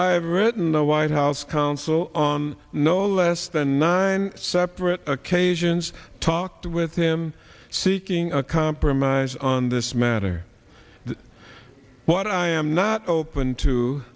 have written the white house counsel on no less than nine separate occasions talked with him seeking a compromise on this matter what i am not open to